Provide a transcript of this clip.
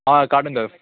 आं काडून दवर